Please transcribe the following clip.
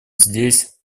здесь